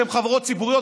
שהן חברות ציבוריות,